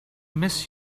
miss